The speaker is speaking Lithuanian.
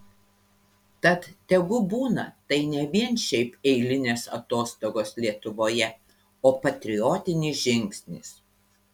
tad tegu būna tai ne vien šiaip eilinės atostogos lietuvoje o patriotinis žingsnis